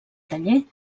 taller